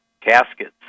caskets